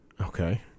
Okay